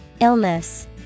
Illness